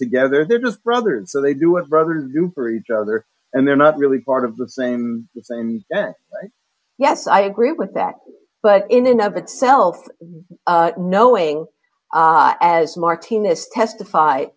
together they're just brothers so they do have brothers who for each other and they're not really part of the same the same yes i agree with that but in and of itself knowing as martina testif